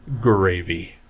gravy